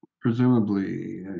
presumably